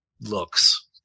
looks